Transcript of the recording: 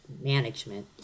management